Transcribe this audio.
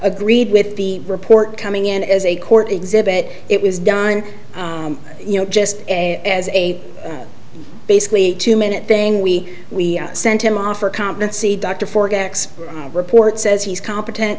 agreed with the report coming in as a court exhibit it was done you know just as a basically two minute thing we we sent him off for comment see dr forgets report says he's competent